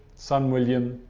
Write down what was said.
son william,